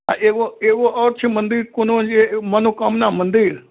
आओर एगो एगो आओर छै मन्दिर कोनो जे मनोकामना मन्दिर